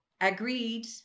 agreed